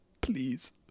please